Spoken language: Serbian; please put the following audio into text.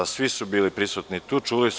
Svi su bili prisutni i čuli su.